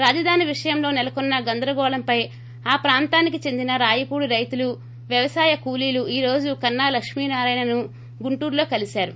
రాజధాని విషయంలో నెలకొన్న గందరగోళంపై ఆ ప్రాంతానికి చెందిన రాయపూడి రైతులు వ్యవసాయ కూలీలు ఈ రోజ కన్నాను గుంటూరులో కలిశారు